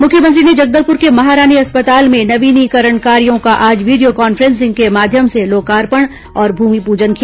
मुख्यमंत्री ने जगदलपुर के महारानी अस्पताल में नवीनीकरण कार्यों का आज वीडियो कॉन्फ्रेंसिंग के माध्यम र्स लोकार्पण और भूमिपूजन किया